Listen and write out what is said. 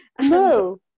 no